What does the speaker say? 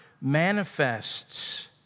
manifests